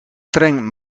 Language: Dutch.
streng